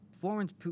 Florence